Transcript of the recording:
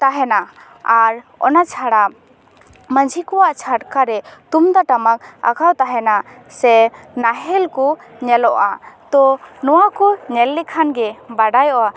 ᱛᱟᱦᱮᱱᱟ ᱟᱨ ᱚᱱᱟ ᱪᱷᱟᱲᱟ ᱢᱟᱺᱡᱷᱤ ᱠᱚᱣᱟᱜ ᱪᱷᱟᱴᱠᱟᱨᱮ ᱛᱩᱢᱫᱟᱜ ᱴᱟᱢᱟᱠ ᱟᱠᱟᱣ ᱛᱟᱦᱮᱱᱟ ᱥᱮ ᱱᱟᱦᱮᱞ ᱠᱚ ᱧᱮᱞᱚᱜᱼᱟ ᱛᱚ ᱱᱚᱣᱟ ᱠᱚ ᱧᱮᱞ ᱞᱮᱠᱷᱟᱱ ᱜᱮ ᱵᱟᱰᱟᱭᱚᱜᱼᱟ